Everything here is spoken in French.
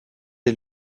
est